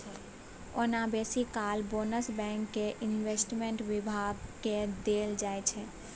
ओना बेसी काल बोनस बैंक केर इंवेस्टमेंट बिभाग केँ देल जाइ छै